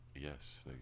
Yes